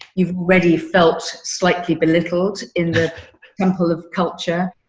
you've already felt slightly belittled in the whole of culture.